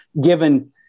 given